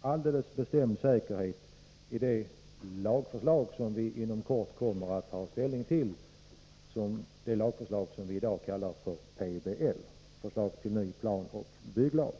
alldeles bestämd säkerhet kommer igen i det lagförslag som vi inom kort kommer att ta ställning till, det lagförslag som vi i dag kallar för PBL — förslag till ny planoch bygglag.